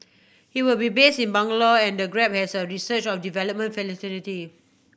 he will be base in Bangalore and the Grab has a research and development facility